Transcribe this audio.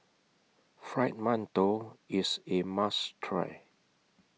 Fried mantou IS A must Try